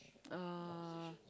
uh